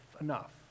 enough